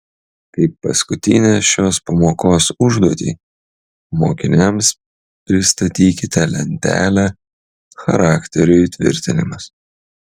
kaip paskutinę šios pamokos užduotį mokiniams pristatykite lentelę charakterio įtvirtinimas